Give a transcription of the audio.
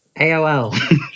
AOL